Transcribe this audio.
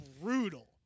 brutal